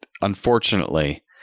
unfortunately